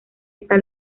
esta